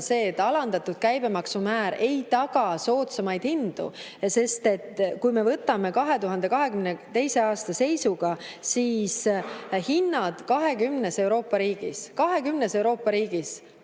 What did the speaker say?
seda, et alandatud käibemaksumäär ei taga soodsamaid hindu. Kui me võtame 2022. aasta seisuga, siis hinnad 20 Euroopa riigis – 20 Euroopa riigis